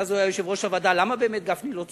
אז הוא היה יושב-ראש הוועדה: למה באמת גפני לא צודק?